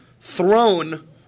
thrown